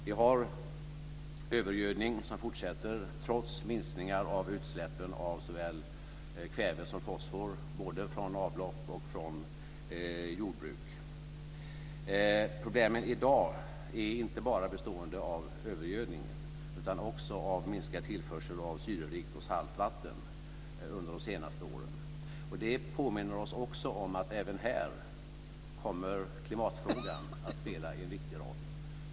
Vi har övergödning som fortsätter, trots minskningar av utsläppen av såväl kväve som fosfor både från avlopp och från jordbruk. Problemet i dag är inte bara bestående av övergödningen, utan också av minskad tillförsel av syrerikt och salt vatten under de senaste åren. Det påminner oss också om att klimatfrågan även här kommer att spela en viktig roll.